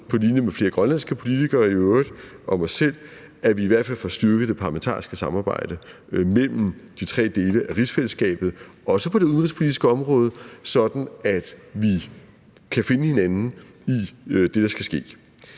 på linje med flere grønlandske politikere og mig selv, at vi i hvert fald får styrket det parlamentariske samarbejde mellem de tre dele af rigsfællesskabet, også på det udenrigspolitiske område, sådan at vi kan finde hinanden i det, der skal ske.